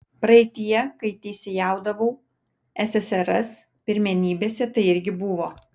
praeityje kai teisėjaudavau ssrs pirmenybėse tai irgi buvo